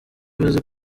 ibaze